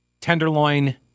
tenderloin